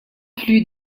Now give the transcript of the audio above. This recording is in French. plus